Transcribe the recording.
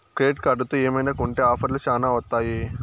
credit కార్డుతో ఏమైనా కొంటె ఆఫర్లు శ్యానా వత్తాయి